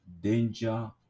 danger